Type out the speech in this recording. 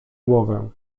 głowę